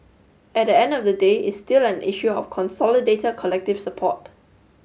at the end of the day it's still an issue of consolidated collective support